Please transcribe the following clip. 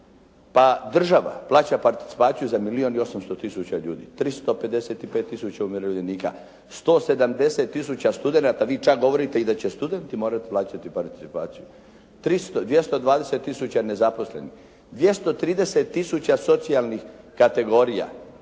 pa država plaća participaciju za milijun i 800 tisuća ljudi, 355 tisuća umirovljenika, 170 tisuća studenata. Vi čak govorite i da će studenti morati plaćati participaciju. 300, 220 tisuća nezaposlenih, 230 tisuća socijalnih kategorija,